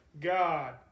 God